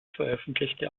veröffentlichte